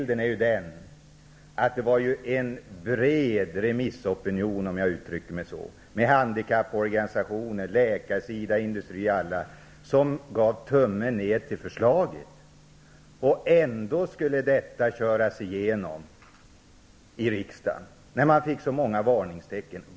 Det var ju, Bo Könberg, en bred remissopinion, med handikapporganisationer, läkare, industri och alla berörda, som gjorde tummen ner för förslaget. Ändå skulle det köras igenom i riksdagen, trots att man fick så många varningstecken.